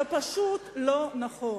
זה פשוט לא נכון.